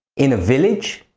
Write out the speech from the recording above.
in a village,